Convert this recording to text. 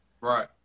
Right